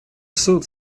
суд